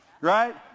Right